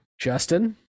Justin